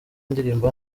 ndirimbo